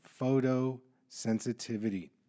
photosensitivity